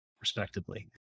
respectively